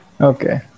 Okay